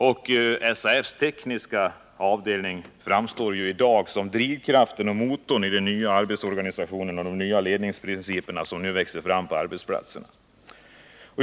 Och SAF:s tekniska avdelning framstår i dag som drivkraften och motorn i den nya arbetsorganisation och de nya ledningsprinciper som nu växer fram på arbetsplatserna.